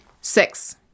Six